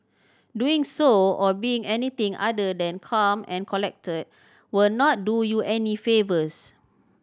doing so or being anything other than calm and collected will not do you any favours